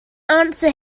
answer